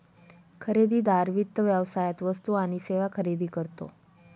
खरेदीदार वित्त व्यवसायात वस्तू आणि सेवा खरेदी करतो